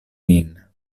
min